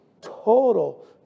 total